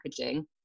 packaging